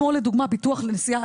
כמו לדוגמה ביטוח לנסיעה,